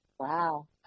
Wow